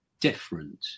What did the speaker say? different